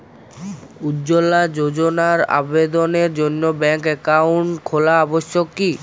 উজ্জ্বলা যোজনার আবেদনের জন্য ব্যাঙ্কে অ্যাকাউন্ট খোলা আবশ্যক কি?